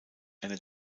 einer